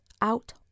out